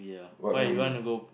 what movie